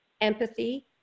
empathy